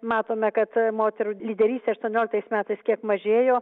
matome kad moterų lyderystė aštuonioliktais metais kiek mažėjo